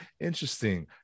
Interesting